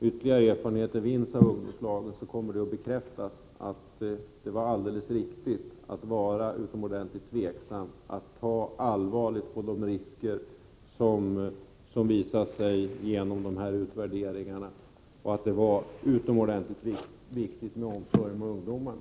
ytterligare erfarenheter av ungdomslagen vunnits kommer det förhoppningsvis att bekräftas att det var alldeles riktigt att vara utomordentligt tveksam och ta allvarligt på de farhågor som bekräftats av dessa utvärderingar. Det var utomordentligt viktigt med hänsyn till omsorgen om ungdomarna.